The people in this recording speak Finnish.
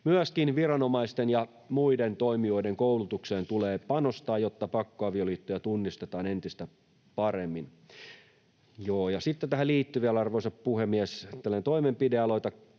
Myöskin viranomaisten ja muiden toimijoiden koulutukseen tulee panostaa, jotta pakkoavioliittoja tunnistetaan entistä paremmin. Sitten tähän liittyy vielä, arvoisa puhemies, tällainen toimenpidealoite